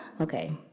Okay